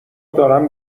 دارم